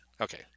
Okay